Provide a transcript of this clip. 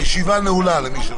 הישיבה נעולה.